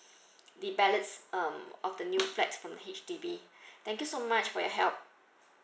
the ballots um of the new flat from H_D_B thank you so much for your help